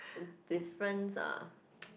difference ah